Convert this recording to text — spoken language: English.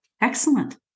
Excellent